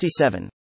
67